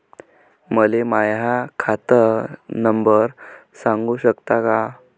मले माह्या खात नंबर सांगु सकता का?